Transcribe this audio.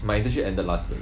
my internship ended last week